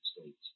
States